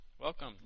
Welcome